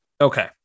Okay